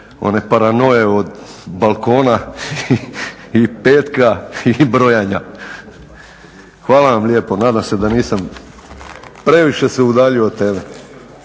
one paranoje od balkona i petka i brojanja. Hvala vam lijepo. Nadam se da nisam previše se udaljio od teme.